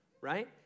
right